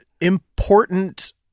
important